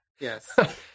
yes